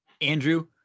Andrew